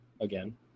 again